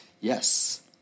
Yes